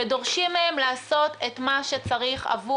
ודורשים מהם לעשות את מה שצריך לעשות